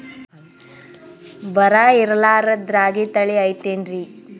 ಬರ ಇರಲಾರದ್ ರಾಗಿ ತಳಿ ಐತೇನ್ರಿ?